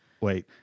Wait